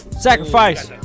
Sacrifice